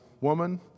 Woman